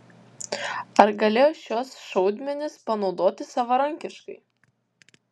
ar galėjo šiuos šaudmenis panaudoti savarankiškai